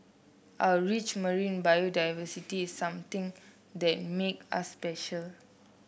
our rich marine biodiversity is something that makes us special